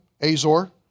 Azor